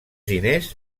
diners